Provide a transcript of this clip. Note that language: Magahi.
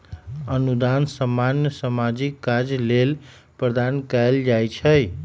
अनुदान सामान्य सामाजिक काज लेल प्रदान कएल जाइ छइ